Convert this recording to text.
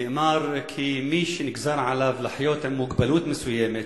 נאמר כי מי שנגזר עליו לחיות עם מוגבלות מסוימת,